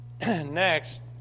next